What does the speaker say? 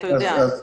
אתה יודע...